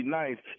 nice